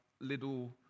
little